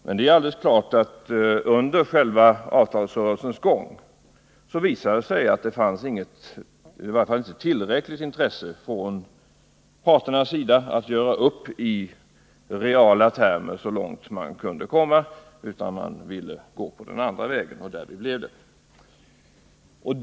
Men det är helt klart att det under avtalsrörelsens gång visade sig att det inte fanns tillräckligt intresse från parternas sida att göra upp i reala termer så långt man kunde komma, utan man ville gå den andra vägen. Och därvid blev det.